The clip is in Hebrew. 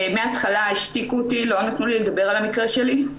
מהתחלה השתיקו אותי ולא נתנו לי לדבר על המקרה שלי.